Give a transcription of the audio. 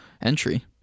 entry